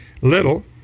little